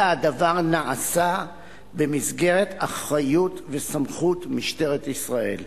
אלא הדבר נעשה במסגרת אחריות וסמכות משטרת ישראל.